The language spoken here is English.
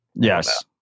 yes